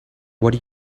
what